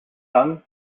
sung